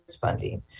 funding